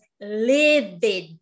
livid